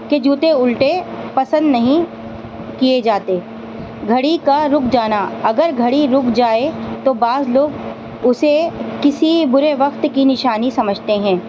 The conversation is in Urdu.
کہ جوتے الٹے پسند نہیں کیے جاتے گھڑی کا رک جانا اگر گھڑی رک جائے تو بعض لوگ اسے کسی برے وقت کی نشانی سمجھتے ہیں